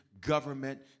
government